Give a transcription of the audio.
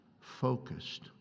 focused